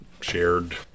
shared